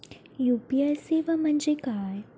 UPI सेवा म्हणजे काय?